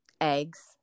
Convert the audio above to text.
eggs